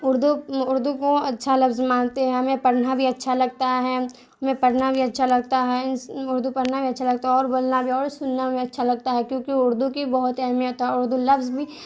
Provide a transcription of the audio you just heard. اردو اردو کو اچھا لفظ مانتے ہیں ہمیں پڑھنا بھی اچھا لگتا ہے ہمیں پڑھنا بھی اچھا لگتا ہے اردو پڑھنا بھی اچھا لگتا ہے اور بولنا بھی اور سننا میں اچھا لگتا ہے کیونکہ اردو کی بہت اہمیت ہے اور اردو لفظ بھی